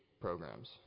programs